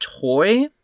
toy